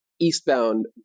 eastbound